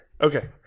Okay